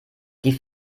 die